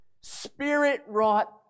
spirit-wrought